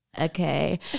Okay